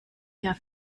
jahr